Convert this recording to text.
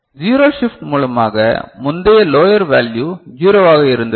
zero shift மூலமாக முந்தைய lower value ஜீரோவாக இருந்தது